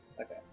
Okay